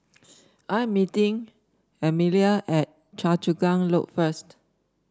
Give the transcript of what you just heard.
I am meeting Amalie at Choa Chu Kang Loop first